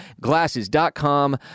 Glasses.com